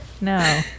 No